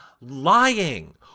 lying